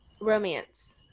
romance